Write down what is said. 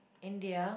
India